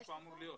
משהו אמור להיות,